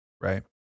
right